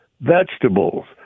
vegetables